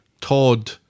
Todd